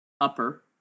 upper